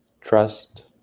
trust